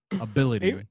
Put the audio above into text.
ability